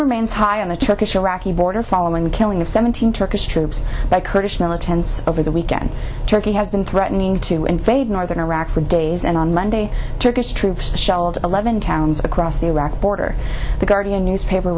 remains high on the turkish iraqi border following the killing of seventeen turkish troops by kurdish militants over the weekend turkey has been threatening to invade northern iraq for days and on monday turkish troops shelled eleven towns across the iraqi border the guardian newspaper